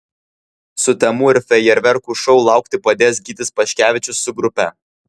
sutemų ir fejerverkų šou laukti padės gytis paškevičius su grupe